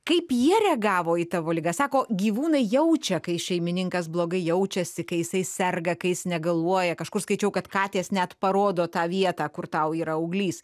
kaip jie reagavo į tavo ligą sako gyvūnai jaučia kai šeimininkas blogai jaučiasi kai jisai serga kai jis negaluoja kažkur skaičiau kad katės net parodo tą vietą kur tau yra auglys